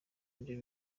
ibyo